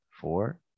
four